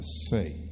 say